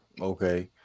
okay